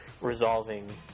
resolving